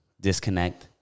disconnect